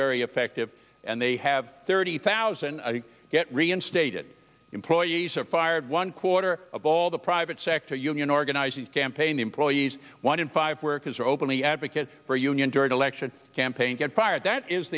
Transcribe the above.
very effective and they have thirty thousand get reinstated employees are fired one quarter of all the private sector union organizing campaign employees one in five workers are openly advocates for a union during election campaign get fired that is